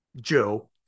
Joe